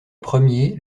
premier